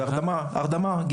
גריאטריה והרדמה ופסיכיאטריה,